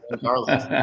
Carlos